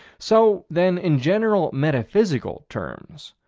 so, then, in general metaphysical terms,